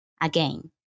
again